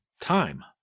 time